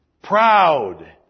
Proud